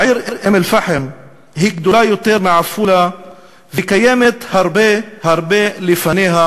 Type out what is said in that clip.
העיר אום-אלפחם גדולה יותר מעפולה והייתה קיימת הרבה הרבה לפניה,